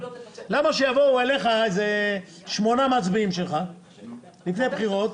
למה שיבואו אליך איזה שמונה מצביעים שלך לפני בחירות,